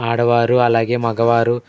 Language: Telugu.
ఆడవారు అలాగే మగవారు